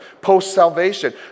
post-salvation